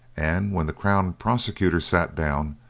and when the crown prosecutor sat down,